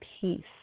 peace